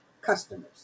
customers